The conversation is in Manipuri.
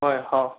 ꯍꯣꯏ ꯍꯥꯎ